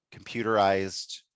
computerized